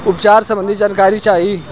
उपचार सबंधी जानकारी चाही?